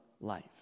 life